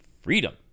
freedom